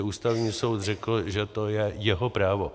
Ústavní soud řekl, že to je jeho právo.